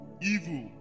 evil